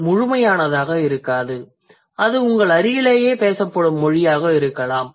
அது முழுமையானதாக இருக்காது அது உங்கள் அருகிலேயே பேசப்படும் மொழியாக இருக்கலாம்